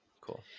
Cool